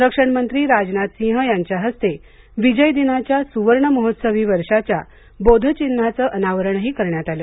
संरक्षण मंत्री राजनाथ सिंह यांच्या हस्ते विजय दिनाच्या सुवर्ण महोत्सवी वर्षाच्या बोधचिन्हाचं अनावरणही करण्यात आलं